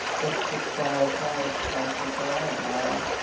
justice breyer's wife, doctor joanna breyer,